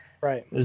right